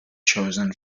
chosen